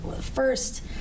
First